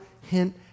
hint